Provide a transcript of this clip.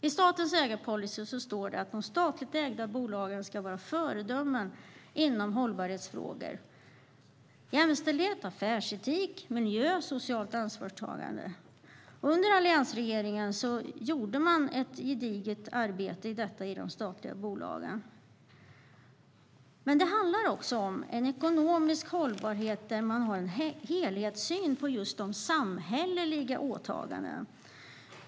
I statens ägarpolicy står det att de statligt ägda bolagen ska vara föredömen beträffande hållbarhetsfrågor, jämställdhet, affärsetik, miljö och socialt ansvarstagande. Under alliansregeringen gjorde man ett gediget arbete med detta i de statliga bolagen. Men det handlar också om en ekonomisk hållbarhet där man har en helhetssyn på de samhälleliga åtagandena.